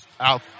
Out